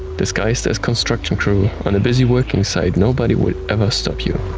disguised as construction crew on a busy working site nobody would ever stop you.